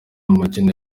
umukino